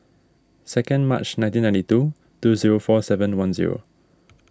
second March nineteen ninety two two zero four seven one zero